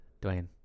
Dwayne